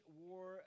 war